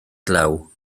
glaw